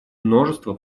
множество